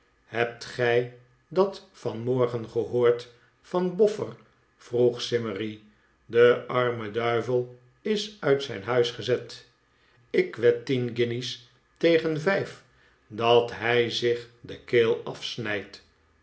i iebt gij dat vanmorgen gehoord van boffer vroeg simmery de arme duivel is uit zijn huis gezet ik wed tien guinjes tegen vijf dat hij zich de keel afsnijdt